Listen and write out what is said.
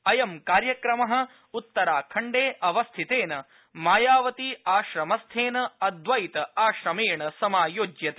अयं कार्यक्रम उत्तराखण्डे अवस्थितेन मायावती आश्रमस्थेन अद्वैत आश्रमेण समायोज्यते